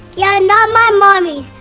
yeah, not my mommy's!